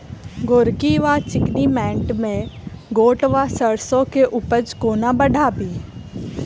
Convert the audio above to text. गोरकी वा चिकनी मैंट मे गोट वा सैरसो केँ उपज कोना बढ़ाबी?